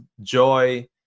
joy